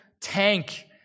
tank